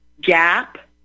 Gap